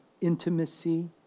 intimacy